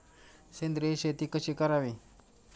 सेंद्रिय शेती कशी करावी?